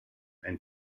and